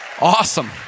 Awesome